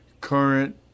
current